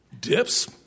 Dips